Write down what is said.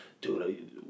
dude